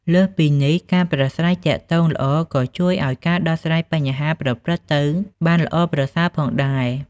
លើសពីនេះ ការប្រាស្រ័យទាក់ទងល្អក៏ជួយឲ្យ ការដោះស្រាយបញ្ហាប្រព្រឹត្តទៅបានល្អប្រសើរ ផងដែរ។